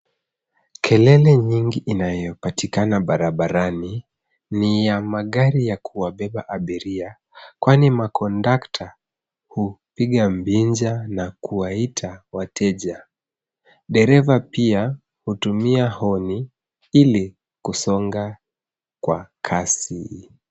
Kelele nyingi inayopatikana barabarani ni ya magari ya kuwabeba abiria. Kwani makondakta hupiga mbinja na kuwaita wateja. Dereva pia hutumia honi ili kusonga kwa kasi.